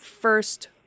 first